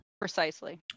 precisely